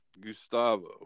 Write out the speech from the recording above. Gustavo